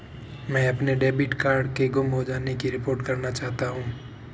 मैं अपने debit card के गुम हो जाने की रिपोर्ट करना चाहता हूँ